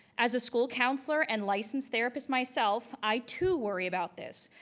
as a school counselor and licensed therapist myself, i too worry about this,